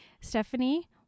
Stephanie